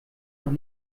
noch